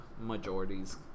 majorities